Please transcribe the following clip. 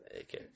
Okay